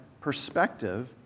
perspective